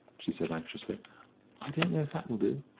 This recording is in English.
she said anxiously i don't know if that will do?